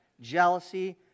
jealousy